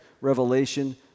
revelation